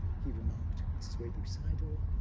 he remarked, this is webu sayadaw,